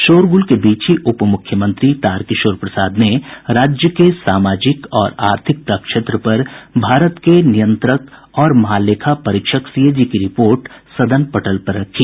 शोरगूल के बीच ही उप मूख्यमंत्री तारकिशोर प्रसाद ने राज्य के सामाजिक और आर्थिक प्रक्षेत्र पर भारत के नियंत्रक और महालेखा परीक्षक सीएजी की रिपोर्ट सदन पटल पर रखी